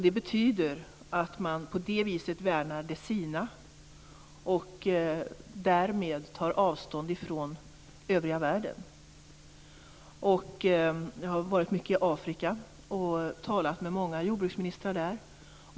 Det betyder att man på det viset värnar de sina och därmed tar avstånd från övriga världen. Jag har varit mycket i Afrika och talat med många jordbruksministrar där.